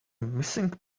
missing